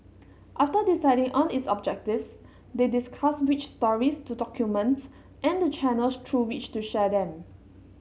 after deciding on its objectives they discussed which stories to document and the channels through which to share them